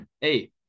Hey